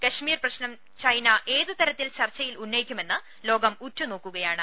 കശ്മീർ പ്രശ്നം ചൈന ഏത് തരത്തിൽ ചർച്ചയിൽ ഉന്നയി ക്കുമെന്ന് ലോകം ഉറ്റു നോക്കുകയാണ്